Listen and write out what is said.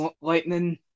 lightning